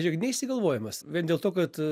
žiūrėkit neišsigalvojimas vien dėl to kad